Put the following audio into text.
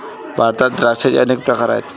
भारतात द्राक्षांचे अनेक प्रकार आहेत